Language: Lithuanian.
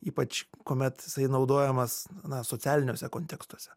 ypač kuomet jisai naudojamas na socialiniuose kontekstuose